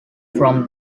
from